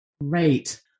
Great